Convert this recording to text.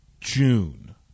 June